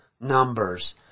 numbers